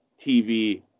TV